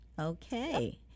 okay